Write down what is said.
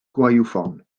gwaywffon